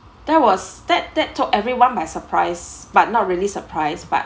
there was that that took everyone by surprise but not really surprised but